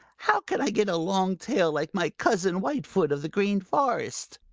how can i get a long tail like my cousin whitefoot of the green forest?